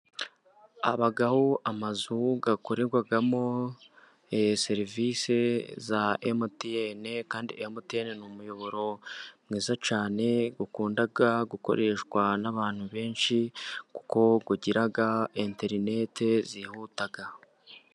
Habaho amazu akorerwamo serivisi za Emutiyene, kandi Emutiyeni ni umuyoboro mwiza cyane ukunda gukoreshwa n'abantu benshi, kuko igira interineti zihuta.